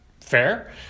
Fair